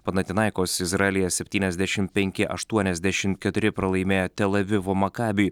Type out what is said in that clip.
panatinaikos izraelyje septyniasdešim penki aštuoniasdešim keturi pralaimėjo tel avivo makabiui